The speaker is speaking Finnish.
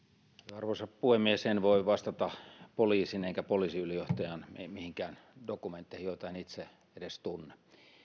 arvoisa puhemies en voi vastata poliisin enkä poliisiylijohtajan mihinkään dokumentteihin joita en itse edes tunne